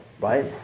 right